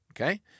Okay